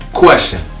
question